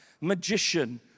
magician